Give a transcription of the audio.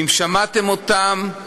אם שמעתם אותן,